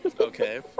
Okay